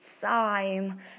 time